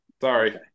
Sorry